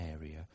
area